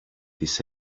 της